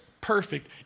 perfect